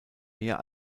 mehr